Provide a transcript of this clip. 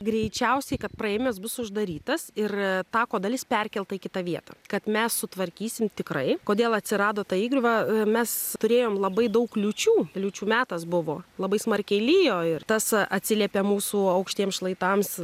greičiausiai kad praėjimas bus uždarytas ir tako dalis perkelta į kitą vietą kad mes sutvarkysim tikrai kodėl atsirado ta įgriuva mes turėjom labai daug kliūčių liūčių metas buvo labai smarkiai lijo ir tas atsiliepė mūsų aukštiems šlaitams